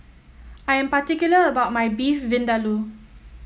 I'm particular about my Beef Vindaloo